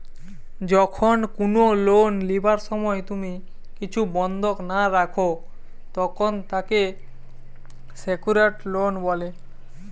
যখন কুনো লোন লিবার সময় তুমি কিছু বন্ধক না রাখো, তখন তাকে সেক্যুরড লোন বলে